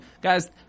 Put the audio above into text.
Guys